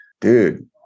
dude